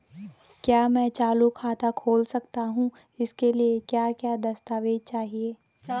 क्या मैं चालू खाता खोल सकता हूँ इसके लिए क्या क्या दस्तावेज़ चाहिए?